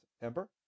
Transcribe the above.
September